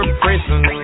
prison